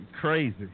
Crazy